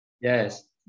Yes